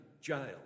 jail